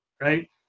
right